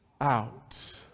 out